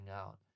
out